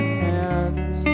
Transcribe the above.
hands